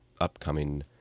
upcoming